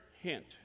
hint